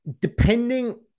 depending